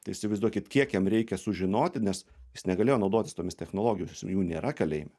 tai įsivaizduokit kiek jam reikia sužinoti nes jis negalėjo naudotis tomis technologijomis jų nėra kalėjime